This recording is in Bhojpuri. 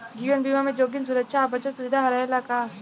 जीवन बीमा में जोखिम सुरक्षा आ बचत के सुविधा रहेला का?